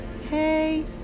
Hey